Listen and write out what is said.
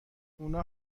اونها